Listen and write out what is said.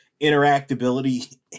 interactability